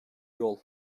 yol